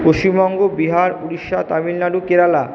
Paschimbanga Bihar Orissa Tamil Nadu Kerala